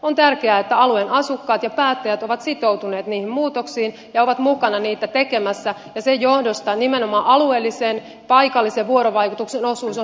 on tärkeää että alueen asukkaat ja päättäjät ovat sitoutuneet niihin muutoksiin ja ovat mukana niitä tekemässä ja sen johdosta nimenomaan alueellisen paikallisen vuorovaikutuksen osuus on hyvin tärkeää